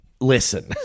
Listen